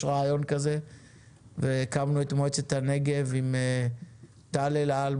רעיון כזה והקמנו את מועצת הנגב עם טל אלעל,